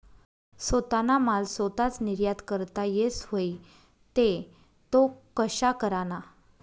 सोताना माल सोताच निर्यात करता येस व्हई ते तो कशा कराना?